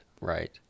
right